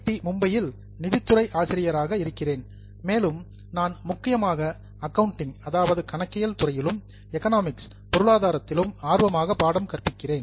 D மும்பையில் நிதி துறை ஆசிரியராக இருக்கிறேன் மேலும் நான் முக்கியமாக அக்கவுண்டிங் அதாவது கணக்கியல் துறையிலும் எக்கனாமிக்ஸ் அதாவது பொருளாதாரத்திலும் ஆர்வமாக பாடம் கற்பிக்கிறேன்